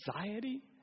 anxiety